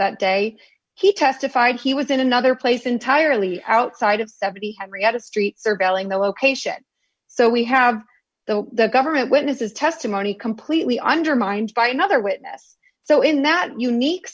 that day he testified he was in another place entirely outside of seventy henrietta street surveilling the location so we have the the government witness's testimony completely undermined by another witness so in that unique